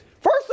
First